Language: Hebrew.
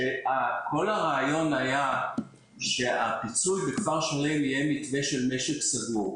שכל הרעיון היה שהפיצוי בכפר שלם יהיה מתווה של משק סגור.